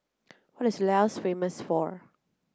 what is Laos famous for